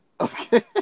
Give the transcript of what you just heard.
Okay